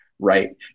right